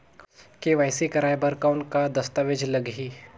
KYC कराय बर कौन का दस्तावेज लगही?